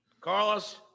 Carlos